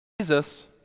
Jesus